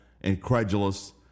incredulous